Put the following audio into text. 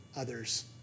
others